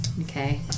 Okay